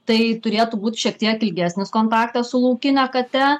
tai turėtų būt šiek tiek ilgesnis kontaktas su laukine kate